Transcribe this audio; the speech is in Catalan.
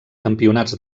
campionats